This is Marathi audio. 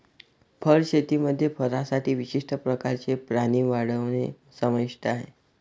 फर शेतीमध्ये फरसाठी विशिष्ट प्रकारचे प्राणी वाढवणे समाविष्ट आहे